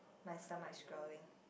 my stomach growling